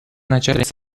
начать